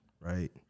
right